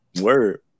Word